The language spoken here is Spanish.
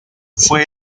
fue